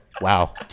wow